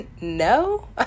No